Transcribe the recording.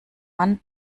man